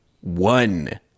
one